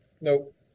Nope